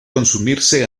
consumirse